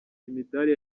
imidali